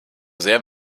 sehr